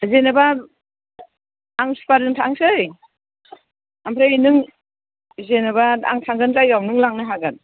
जेनोबा आं सुपारजों थांसै आमफ्राय नों जेनोबा आं थांगोन जायगायाव नों लांनो हागोन